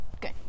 Good